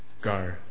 go